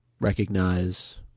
recognize